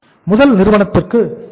முதல் நிறுவனத்திற்கு 83